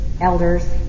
elders